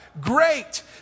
Great